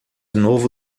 novo